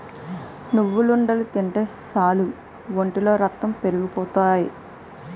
నువ్వుండలు తింటే సాలు ఒంట్లో రక్తం పెరిగిపోతాయి